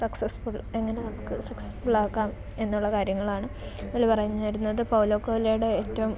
successful എങ്ങനെ നമുക്ക് സക്സസ്ഫുള്ളാക്കാം എന്നുള്ള കാര്യങ്ങളാണ് ഇതിൽ പറഞ്ഞിരിക്കുന്നത് പൗലോ കൊയ്ലോയുടെ ഏറ്റവും